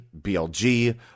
BLG